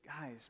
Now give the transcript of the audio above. guys